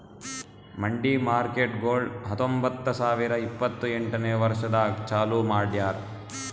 ಮಂಡಿ ಮಾರ್ಕೇಟ್ಗೊಳ್ ಹತೊಂಬತ್ತ ಸಾವಿರ ಇಪ್ಪತ್ತು ಎಂಟನೇ ವರ್ಷದಾಗ್ ಚಾಲೂ ಮಾಡ್ಯಾರ್